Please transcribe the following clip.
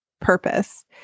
purpose